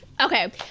okay